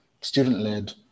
student-led